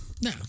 No